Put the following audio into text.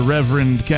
Reverend